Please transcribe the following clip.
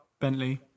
Bentley